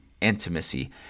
intimacy